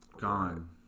gone